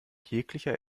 jeglicher